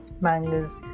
mangas